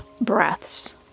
breaths